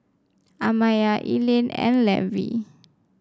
Amaya Elaine and Levie